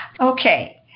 okay